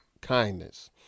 kindness